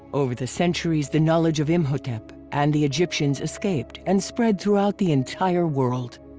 over the centuries the knowledge of imhotep and the egyptians escaped and spread throughout the entire world.